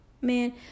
Man